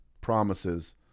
promises